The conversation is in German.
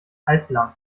halblang